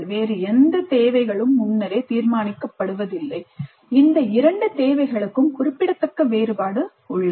வேறு எந்த தேவைகளும் முன்னரே தீர்மானிக்கப்படுவதில்லை இந்த இரண்டு தேவைகளுக்கும் குறிப்பிடத்தக்க வேறுபாடு உள்ளது